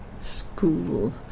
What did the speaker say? School